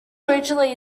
originally